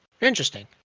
Interesting